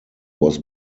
was